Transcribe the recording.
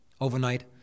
overnight